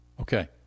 Okay